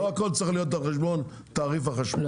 לא הכול צריך להיות על חשבון תעריף החשמל,